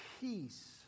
peace